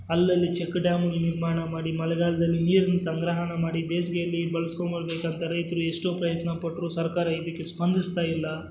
ಅಲ್ಲಲ್ಲಿ check dam ನಿರ್ಮಾಣ ಮಾಡಿ ಮಳೆಗಾಲದಲ್ಲಿ ನೀರಿನ ಸಂಗ್ರಹಣ ಮಾಡಿ ಬೇಸಿಗೇಲಿ ನೀರು ಬಳ್ಸ್ಕೊಳ್ಬೇಕಂತ ರೈತರು ಎಷ್ಟೋ ಪ್ರಯತ್ನ ಪಟ್ಟರೂ ಸರ್ಕಾರ ಇದಕ್ಕೆ ಸ್ಪಂದಿಸ್ತಾ ಇಲ್ಲ